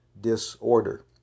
disorder